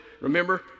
remember